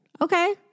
Okay